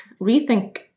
rethink